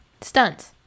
Stunts